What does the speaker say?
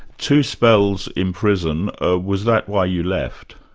two spells in prison ah was that why you left?